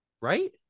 Right